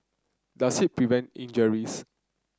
does it prevent injuries